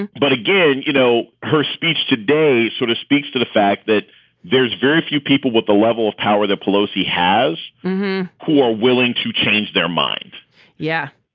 and but again, you know, her speech today sort of speaks to the fact that there's very few people with the level of power that pelosi has who are willing to change their minds yeah.